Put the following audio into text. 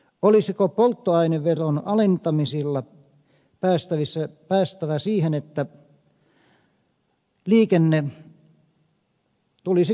olisiko polttoaineveron alentamisilla päästävä siihen että liikenne tulisi kannattavammaksi